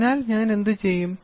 അതിനാൽ ഞാൻ എന്തു ചെയ്യും